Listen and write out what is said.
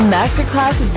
Masterclass